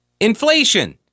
Inflation